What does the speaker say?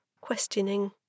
questioning